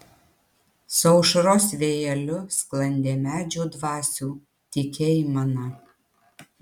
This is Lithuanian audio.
su aušros vėjeliu sklandė medžių dvasių tyki aimana